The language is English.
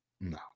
No